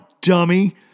dummy